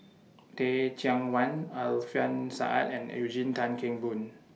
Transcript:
Teh Cheang Wan Alfian Sa'at and Eugene Tan Kheng Boon